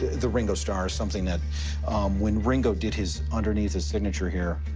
the ringo starr, is something that when ringo did his underneath his signature here,